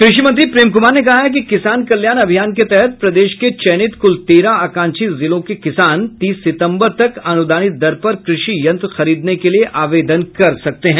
कृषि मंत्री प्रेम कुमार ने कहा है कि किसान कल्याण अभियान के तहत प्रदेश के चयनित कुल तेरह आकांक्षी जिलों के किसान तीस सितम्बर तक अनुदानित दर पर कृषि यंत्र खरीदने के लिए आवेदन कर सकते है